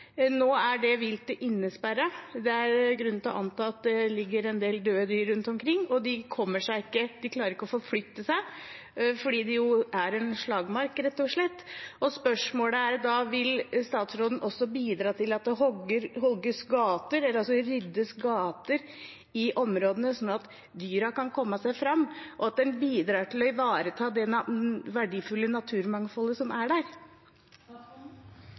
Nå er det viltet innesperret; det er grunn til å anta at det ligger en del døde dyr rundt omkring, og de klarer ikke å forflytte seg fordi det rett og slett er en slagmark. Spørsmålet er da: Vil statsråden også bidra til at det hogges eller ryddes gater i områdene sånn at dyrene kan komme seg fram, og at en bidrar til å ivareta det verdifulle naturmangfoldet som er der?